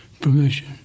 permission